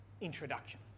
introduction